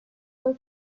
your